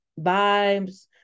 vibes